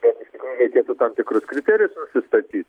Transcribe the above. bet iš tikrųjų reikėtų tam tikrus kriterijus nusistatyt